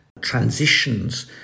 transitions